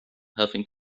having